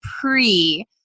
pre-